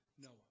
Noah